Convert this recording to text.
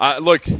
look –